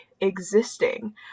existing